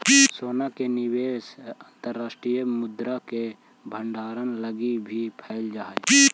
सोना के निवेश अंतर्राष्ट्रीय मुद्रा के भंडारण लगी भी कैल जा हई